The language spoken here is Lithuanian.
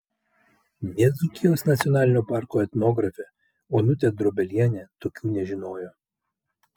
nė dzūkijos nacionalinio parko etnografė onutė drobelienė tokių nežinojo